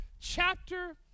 chapter